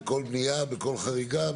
בכל בנייה, בכל חריגה?